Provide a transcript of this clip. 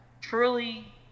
truly